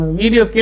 video